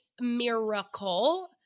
miracle